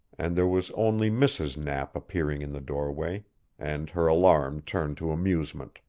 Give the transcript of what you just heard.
and there was only mrs. knapp appearing in the doorway and her alarm turned to amusement.